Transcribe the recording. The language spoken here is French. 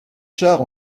chars